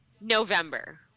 November